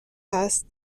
هست